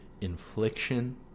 infliction